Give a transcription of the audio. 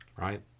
right